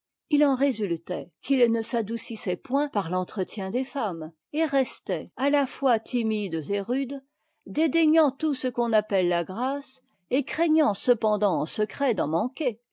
il en résultait qu'ils ne s'adoucissaient point par l'entretien des femmes et restaient à la fois timides et rudes dédaignant tout ce qu'on appelle la grâce et craignant cependant en secret d'en manquer